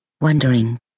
wondering